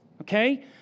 okay